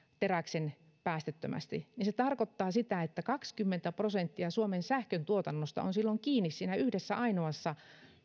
teräksen päästöttömästi niin se tarkoittaa sitä että kaksikymmentä prosenttia suomen sähköntuotannosta on silloin kiinni siinä yhdessä ainoassa